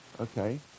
Okay